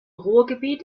ruhrgebiet